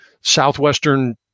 Southwestern